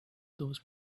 those